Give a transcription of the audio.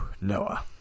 Noah